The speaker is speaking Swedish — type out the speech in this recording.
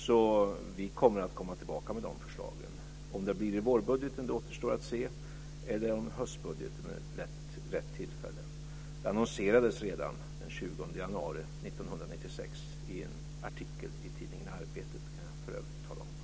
Så vi kommer att komma tillbaka med dessa förslag. Om det blir till vårbudgeten eller om det är höstbudgeten som är rätt tillfälle återstår att se. Det annonserades redan den 20 januari 1996 i en artikel i tidningen Arbetet kan jag för övrigt tala om.